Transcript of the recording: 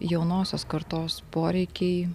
jaunosios kartos poreikiai